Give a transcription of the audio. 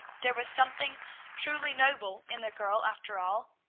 there was something truly noble in the girl, after all.